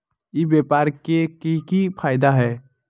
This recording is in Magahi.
ई व्यापार के की की फायदा है?